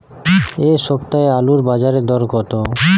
এ সপ্তাহে আলুর বাজারে দর কত?